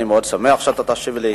אני מאוד שמח שאתה תשיב לי.